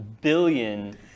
billion